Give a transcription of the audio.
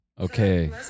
Okay